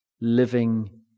living